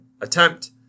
attempt